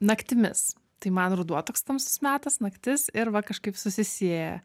naktimis tai man ruduo toks tamsus metas naktis ir va kažkaip susisieja